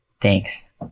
thanks